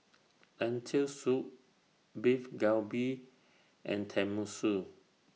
Lentil Soup Beef Galbi and Tenmusu